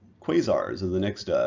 quasars are the next